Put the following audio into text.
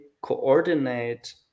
coordinate